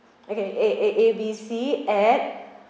okay A A A B C at